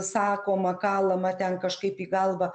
sakoma kalama ten kažkaip į galvą